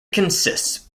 consists